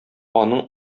аның